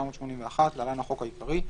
התשמ"א 1981 (להלן, החוק העיקרי),